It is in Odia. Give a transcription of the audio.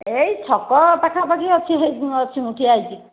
ଏଇ ଛକ ପାଖାପାଖି ଅଛି ହେଇ ଅଛି ମୁଁ ଠିଆ ହୋଇଛି